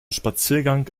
spaziergang